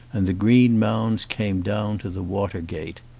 and the green mounds came down to the water gate.